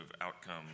outcome